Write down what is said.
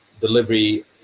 delivery